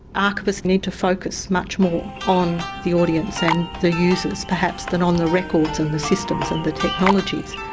archivists need to focus much more on the audience and the users perhaps than on the records and the systems and the technologies.